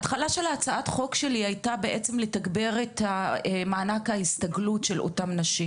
ההתחלה של הצעת החוק שלי הייתה לתגבר את מענק ההסתגלות של אותן נשים.